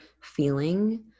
feeling